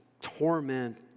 torment